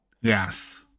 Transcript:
Yes